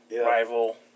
rival